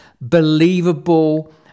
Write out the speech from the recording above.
believable